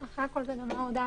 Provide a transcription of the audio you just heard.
אחרי הכול זו גם ההודעה